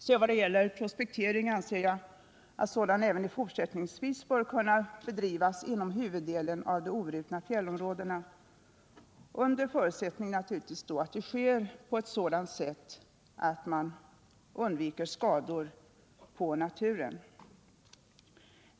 När det gäller prospektering anser jag att sådan även i fortsättningen bör kunna bedrivas inom huvuddelen av de obrutna fjällområdena under förutsättning att den sker på ett sådant sätt att skador på naturvärden undviks.